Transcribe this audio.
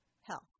Health